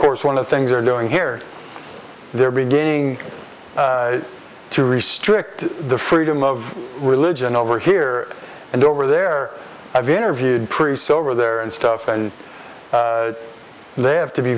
course one of things are doing here they're beginning to restrict the freedom of religion over here and over there i've interviewed trees over there and stuff and they have to be